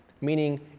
meaning